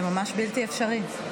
זה ממש בלתי אפשרי.